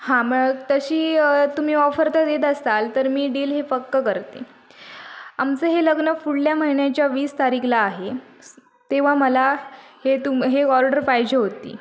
हां मग तशी तुम्ही ऑफर तर देत असाल तर मी डील हे पक्कं करते आमचं हे लग्न पुढल्या महिन्याच्या वीस तारखेला आहे स् तेव्हा मला हे हे ऑर्डर पाहिजे होती